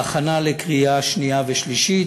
בהכנה לקריאה שנייה ושלישית.